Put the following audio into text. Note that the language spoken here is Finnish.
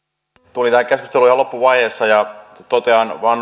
puhemies tulin tähän keskustelun ihan loppuvaiheessa ja totean vain